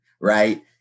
right